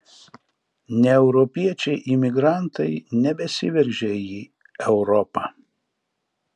ne europiečiai imigrantai nebesiveržia į europą